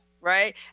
right